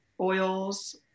oils